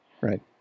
Right